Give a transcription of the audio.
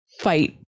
fight